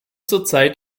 zurzeit